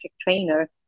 trainer